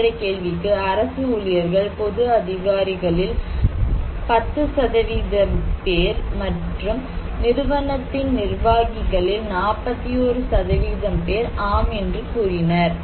என்ற கேள்விக்கு அரசு ஊழியர்கள் பொது அதிகாரிகளில் 10 பேர் மற்றும் நிறுவனத்தின் நிர்வாகிகளில் 41 பேர் ஆம் என்று கூறினர்